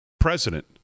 president